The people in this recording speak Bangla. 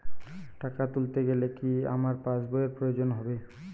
টাকা তুলতে গেলে কি আমার পাশ বইয়ের প্রয়োজন হবে?